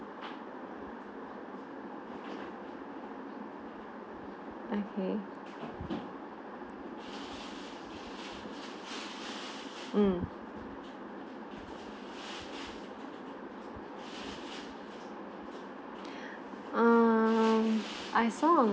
okay mm err I saw on~